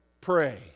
pray